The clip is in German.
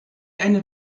eine